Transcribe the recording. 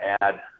add –